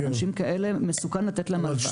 לאנשים כאלה מסוכן לתת הלוואה.